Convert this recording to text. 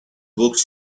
books